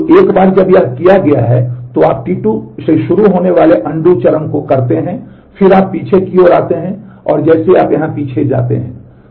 तो एक बार जब यह किया गया है तो आप T2 से शुरू होने वाले अनडू चरण को करते हैं और फिर आप पीछे की ओर जाते हैं जैसे आप यहां पीछे जाते हैं